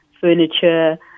furniture